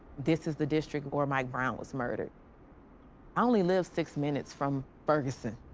this is the district where mike brown was murdered. i only live six minutes from ferguson.